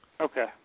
Okay